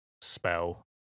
spell